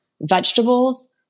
vegetables